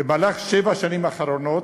במהלך שבע השנים האחרונות,